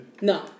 No